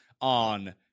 on